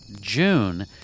June